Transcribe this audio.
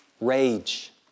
rage